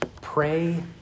pray